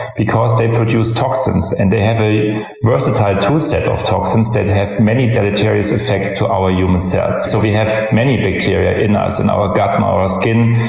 because they produce toxins and they have a versatile toolset of toxins that have many deleterious effects to our human cells. so we have have many bacteria in us, in our gut, on um our skin,